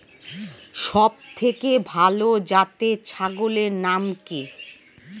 সবথেকে ভালো জাতের ছাগলের নাম কি?